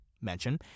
mention